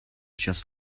just